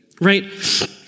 Right